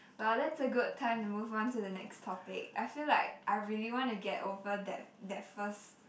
well that's a good time to move on to the next topic I feel like I really want to get over that that first